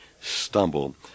stumble